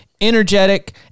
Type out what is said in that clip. energetic